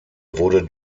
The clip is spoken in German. wurde